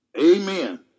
Amen